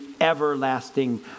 everlasting